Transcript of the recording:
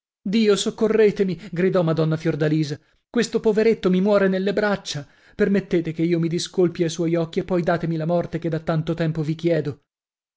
dio soccorretemi gridò madonna fiordalisa questo poveretto mi muore nelle braccia permettete che io mi discolpi a suoi occhi e poi datemi la morte che da tanto tempo vi chiedo